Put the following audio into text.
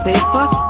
Facebook